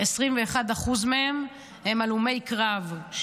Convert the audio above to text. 21% מהם הם הלומי קרב,